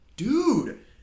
Dude